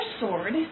sword